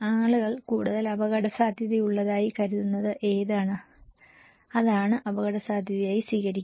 ആളുകൾ കൂടുതൽ അപകടസാധ്യതയുള്ളതായി കരുതുന്നത് ഏതാണ് അതാണ് അപകടസാധ്യതയായി സ്വീകരിക്കുക